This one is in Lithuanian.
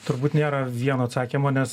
turbūt nėra vieno atsakymo nes